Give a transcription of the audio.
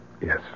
Yes